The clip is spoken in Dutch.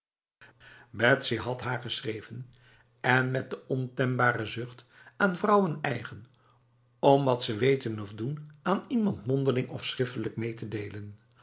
betsy had haar geschreven en met de ontembare zucht aan vrouwen eigen om wat ze weten of doen aan iemand mondeling of schriftelijk mee te delen